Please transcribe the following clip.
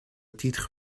titre